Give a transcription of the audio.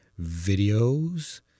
videos